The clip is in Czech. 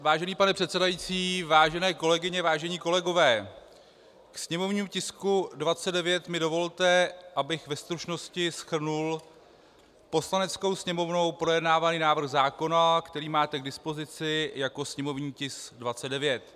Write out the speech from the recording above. Vážený pane předsedající, vážené kolegyně, vážení kolegové, ke sněmovnímu tisku 29 mi dovolte, abych ve stručnosti shrnul Poslaneckou sněmovnou projednávaný návrh zákona, který máte k dispozici jako sněmovní tisk 29.